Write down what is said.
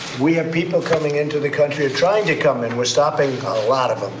we have people coming into the country or trying to come in. we're stopping a lot of them.